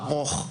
ארוך,